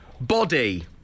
Body